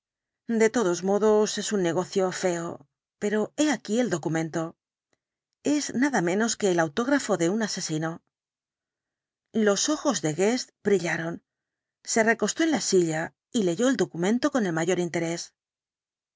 de todos modos es un negocio feo pero he aquí el documento es nada menos que el autógrafo de un asesino los ojos de guest brillaron se recostó en la silla y leyó el documento con el mayor interés